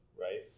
Right